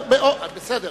בסדר.